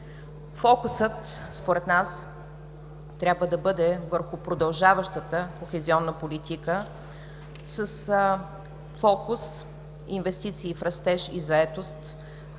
Фокусът според нас трябва да бъде върху продължаващата кохезионна политика с фокус „Инвестиции в растеж и заетост”,